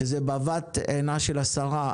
שזה בבת עינה של השרה,